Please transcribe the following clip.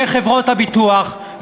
זה חברות הביטוח,